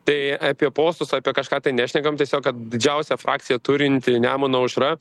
tai apie postus apie kažką tai nešnekam tiesiog kad didžiausią frakciją turinti nemuno aušra